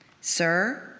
Sir